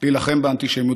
להילחם באנטישמיות.